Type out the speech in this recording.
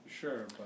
sure